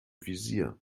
visier